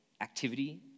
activity